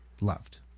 loved